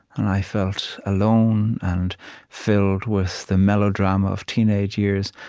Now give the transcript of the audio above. and i felt alone and filled with the melodrama of teenage years,